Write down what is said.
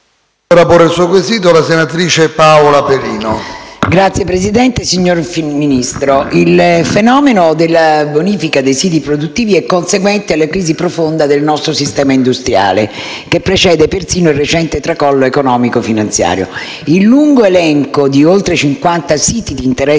Signor Presidente, il fenomeno della bonifica dei siti produttivi è conseguente alla crisi profonda del nostro sistema industriale, che precede persino il recente tracollo economico-finanziario. Il lungo elenco di oltre cinquanta siti di interesse nazionale